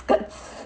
skirts